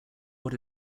what